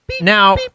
Now